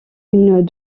une